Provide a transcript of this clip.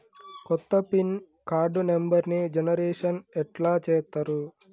కొత్త pin card నెంబర్ని generation ఎట్లా చేత్తరు?